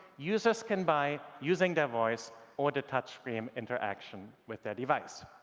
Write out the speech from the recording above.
users can buy using their voice or the touch screen interaction with their device.